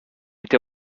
été